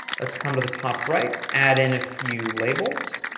let's come to the top right, add in a few labels,